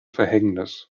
verhängnis